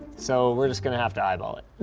so, we're just gonna have to eyeball it.